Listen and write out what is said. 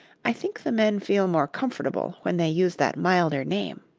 i think the men feel more comfortable when they use that milder name.